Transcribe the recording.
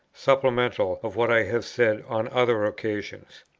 supplemental of what i have said on other occasions.